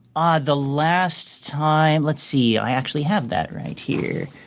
ah the last time. let's see. i actually have that right here.